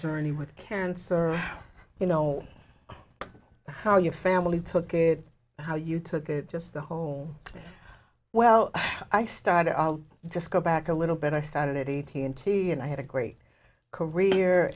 journey with cancer you know how your family took it how you took it just the whole thing well i started i'll just go back a little bit i started a t and t and i had a great career